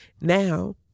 now